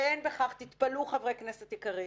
ואין בכך תתפלאו חברי כנסת יקרים,